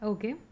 Okay